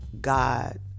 God